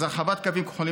אז הרחבת קווים כחולים,